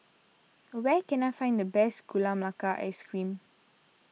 where can I find the best Gula Melaka Ice Cream